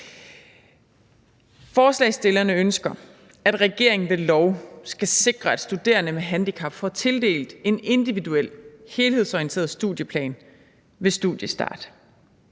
Forslagsstillerne ønsker, at regeringen ved lov skal sikre, at studerende med handicap får tildelt en individuel og helhedsorienteret studieplan ved studiestart.